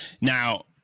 now